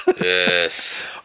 Yes